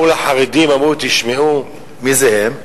באו לחרדים ואמרו: תשמעו, מי זה "הם"?